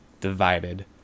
divided